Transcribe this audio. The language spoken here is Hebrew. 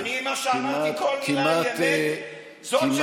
אני מבקש ממך